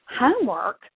homework